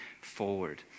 forward